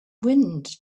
wind